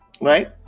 right